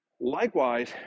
Likewise